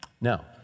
Now